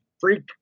Freak